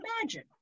imagine